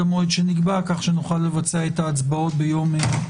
המועד שנקבע כך שנוכל לערוך את ההצבעות ביום שלישי.